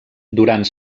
durant